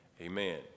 Amen